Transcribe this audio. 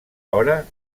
hora